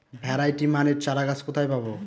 Variety মানের চারাগাছ কোথায় পাবো?